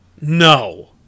no